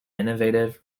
innovative